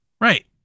Right